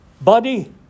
Body